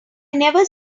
never